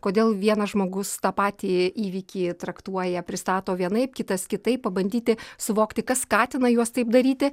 kodėl vienas žmogus tą patį įvykį traktuoja pristato vienaip kitas kitaip pabandyti suvokti kas skatina juos taip daryti